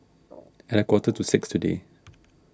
a quarter to six today